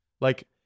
Like-